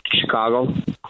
Chicago